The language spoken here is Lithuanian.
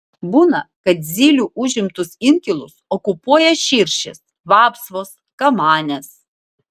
būna kad zylių užimtus inkilus okupuoja širšės vapsvos kamanės